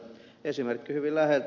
esimerkki hyvin läheltä